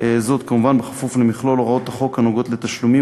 כמובן בכפוף למכלול הוראות החוק הנוגעות לתשלומים